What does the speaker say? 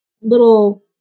little